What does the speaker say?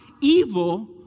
evil